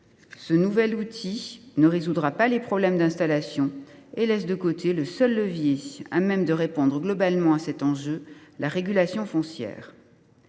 ce nouvel outil ne résoudra pas les problèmes d’installation et laisse de côté le seul levier à même de répondre globalement à cet enjeu : la régulation foncière.